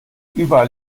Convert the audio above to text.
überall